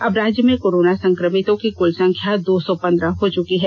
अब राज्य में कोरोना संक्रमितों की कुल संख्या दो सौ पंद्रह हो चुकी है